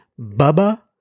Bubba